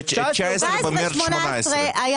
ואז הביאו את 19' במרץ 18'. 17'-18' היה